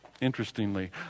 Interestingly